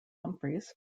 humphreys